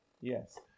Yes